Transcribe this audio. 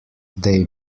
they